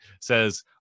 says